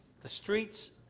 the streets